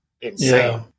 insane